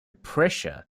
pressure